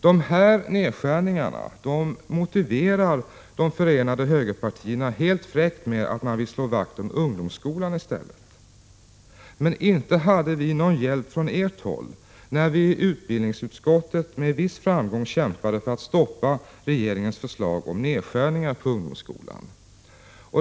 De här nedskärningarna motiverar de förenade högerpartierna helt fräckt med att man vill slå vakt om ungdomsskolan i stället. Men inte hade vi någon hjälp från det hållet när vi i utbildningsutskottet med viss framgång kämpade för att stoppa regeringens förslag om nedskärningar i ungdomsskolan.